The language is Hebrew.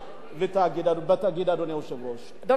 אגב, החוק הזה קיים